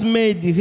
made